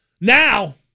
now